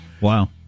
Wow